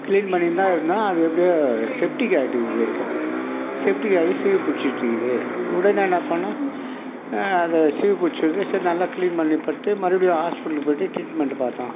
clean பண்ணினுதான் இருந்தேன் அது எப்படியோ செப்டிக் ஆகிட்ருக்கிது செப்டிக் ஆகி சீழ் பிடிச்சிட்டுருக்குது உடனே என்ன பண்ணேன் அதை சீழ் பிடிச்சிருக்குது சரி நல்லா க்ளீன் பண்ணிப்புட்டு மறுபடியும் ஹாஸ்பிட்டல் போய்ட்டு ட்ரீட்மென்ட் பார்த்தோம்